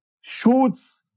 shoots